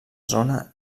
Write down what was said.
zona